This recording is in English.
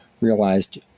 realized